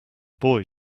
boy